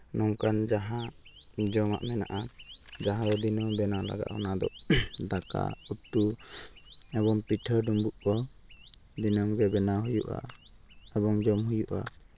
ᱱᱚᱝᱠᱟᱱ ᱡᱟᱦᱟᱸ ᱡᱚᱢᱟᱜ ᱢᱮᱱᱟᱜᱼᱟ ᱡᱟᱦᱟᱸ ᱫᱚ ᱫᱤᱱᱟᱹᱢ ᱵᱮᱱᱟᱣ ᱞᱟᱜᱟᱜᱼᱟ ᱚᱱᱟᱫᱚ ᱫᱟᱠᱟ ᱩᱛᱩ ᱮᱵᱚᱝ ᱯᱤᱴᱷᱟᱹ ᱰᱩᱢᱵᱩᱜ ᱠᱚ ᱫᱤᱱᱟᱹᱢ ᱜᱮ ᱵᱮᱱᱟᱣ ᱦᱩᱭᱩᱜᱼᱟ ᱮᱵᱚᱝ ᱡᱚᱢ ᱦᱩᱭᱩᱜᱼᱟ